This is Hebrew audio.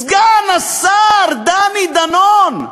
סגן השר דני דנון,